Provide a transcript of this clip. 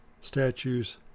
Statues